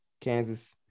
Kansas